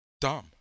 dumb